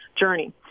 journey